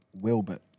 Wilbert